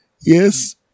Yes